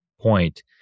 point